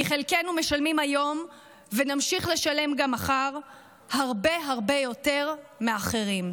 כי חלקנו משלמים היום ונמשיך לשלם גם מחר הרבה הרבה יותר מאחרים.